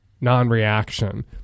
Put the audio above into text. non-reaction